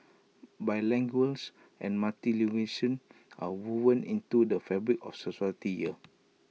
and are woven into the fabric of society here